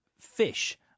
fish